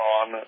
on